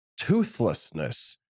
toothlessness